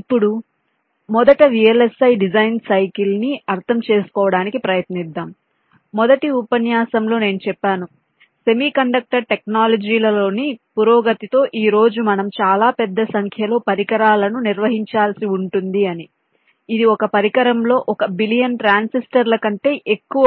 ఇప్పుడు మొదట VLSI design cycle ని అర్థం చేసుకోవడానికి ప్రయత్నిద్దాం మొదటి ఉపన్యాసంలో నేను చెప్పాను సెమీ కండక్టర్ టెక్నాలజీలలోని పురోగతితో ఈ రోజు మనం చాలా పెద్ద సంఖ్యలో పరికరాలను నిర్వహించాల్సి ఉంటుం ది అని ఇది ఒక పరికరంలో ఒక బిలియన్ ట్రాన్సిస్టర్ల కంటే ఎక్కువ